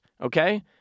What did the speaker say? okay